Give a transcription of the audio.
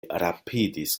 rapidis